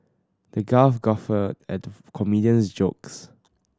the guffawed at the comedian's jokes